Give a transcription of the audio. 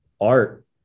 art